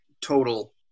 total